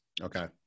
okay